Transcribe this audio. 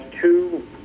two